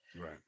Right